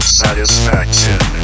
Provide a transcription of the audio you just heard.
satisfaction